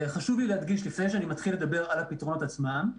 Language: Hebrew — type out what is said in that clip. חשוב לי להדגיש לפני שאני מתחיל לדבר על הפתרונות עצמם,